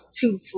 two